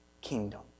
kingdom